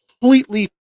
completely